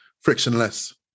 frictionless